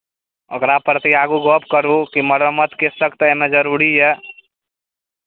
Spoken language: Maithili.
ओकरा प्रति आगू गप्प करू की मरम्मतके शख्त एहिमे जरूरी यए